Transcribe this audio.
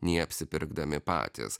nei apsipirkdami patys